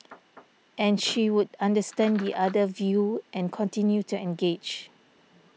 and she would understand the other view and continue to engage